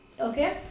okay